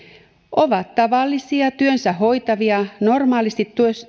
on tavallisia työnsä hoitavia normaalisti